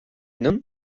nun